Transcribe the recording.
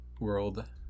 world